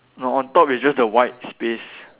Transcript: no on top is just the white space